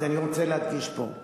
אני רוצה להדגיש פה,